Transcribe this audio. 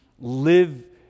live